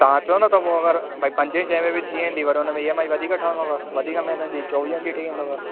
तव्हां अचो न त पोइ अगरि भई पंजे सै में बि थी वेंदी पर हुन में ई एम आई वधीक ठहंदुव वधीक महीननि जी चोवीहनि जी ठई वेंदुव